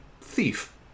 thief